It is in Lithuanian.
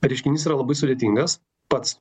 reiškinys yra labai sudėtingas pats